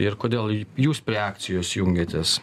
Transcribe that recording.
ir kodėl jūs prie akcijos jungiatės